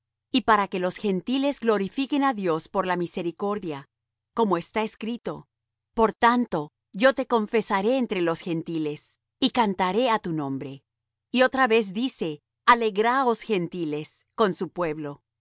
y para que los gentiles glorifiquen á dios por la misericordia como está escrito por tanto yo te confesaré entre los gentiles y cantaré á tu nombre y otra vez dice alegraos gentiles con su pueblo